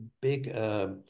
big